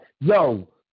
Yo